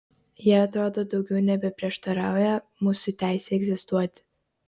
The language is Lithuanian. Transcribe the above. jie atrodo daugiau nebeprieštarauja mūsų teisei egzistuoti